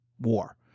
war